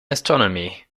astronomy